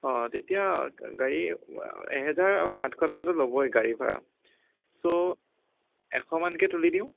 অঁ তেতিয়া গাড়ীৰ এহেজাৰ বা আঠশ টকাতো ল'বই গাড়ীৰ ভাড়া চ' এশ মানকৈ তুলি দিওঁ